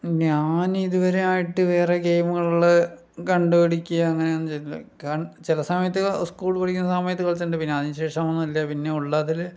ഞാനിതുവരെ ആയിട്ട് വേറെ ഗെയിമുകള് കണ്ട് പിടിക്കുകയോ അങ്ങനെയൊന്നും ചെയ്തില്ല കാരണം ചില സമയത്ത് സ്കൂളിൽ പഠിക്കണ സമയത്ത് കളിച്ചിട്ടുണ്ട് പിന്നെ അതിന് ശേഷം ഒന്നും ഇല്ല പിന്നെ ഉള്ളതില്